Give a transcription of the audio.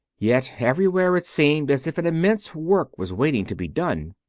yet everywhere it seemed as if an immense work was waiting to be done.